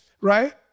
right